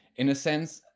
in a sense,